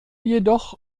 jedoch